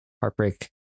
heartbreak